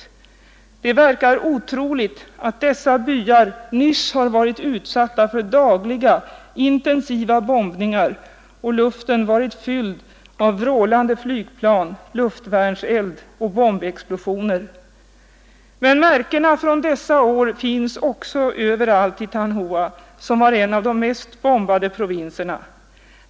Det verkar otroligt att dessa byar nyss varit utsatta för dagliga, intensiva bombningar och luften varit fylld av vrålande flygplan, luftvärnseld och bombexplosioner. Men märkena från dessa år finns också överallt i Than Hoa, som var en av de mest bombade provinserna.